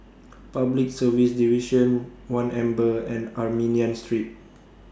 Public Service Division one Amber and Armenian Street